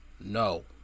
no